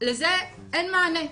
לזה אין מענה,